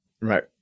Right